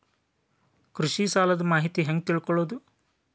ಕೃಷಿ ಸಾಲದ ಮಾಹಿತಿ ಹೆಂಗ್ ತಿಳ್ಕೊಳ್ಳೋದು?